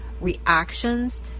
reactions